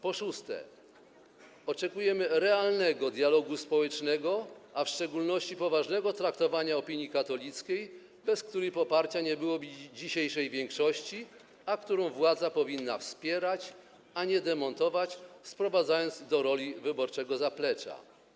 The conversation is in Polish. Po szóste, oczekujemy realnego dialogu społecznego, a w szczególności poważnego traktowania opinii katolickiej, bez której poparcia nie byłoby dzisiejszej większości, a którą władza powinna wspierać, a nie demontować, sprowadzając do roli wyborczego zaplecza.